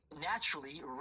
naturally